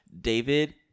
David